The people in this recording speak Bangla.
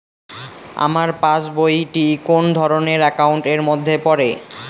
আমার পাশ বই টি কোন ধরণের একাউন্ট এর মধ্যে পড়ে?